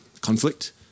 conflict